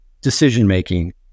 decision-making